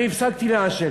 אני הפסקתי לעשן,